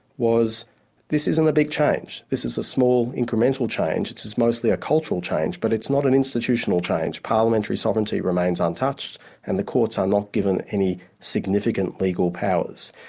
was this isn't a big change, this is a small incremental change, it's it's mostly a cultural change, but it's not an institutional change. parliamentary sovereignty remains untouched and the courts are not given any significant legal powers.